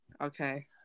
Okay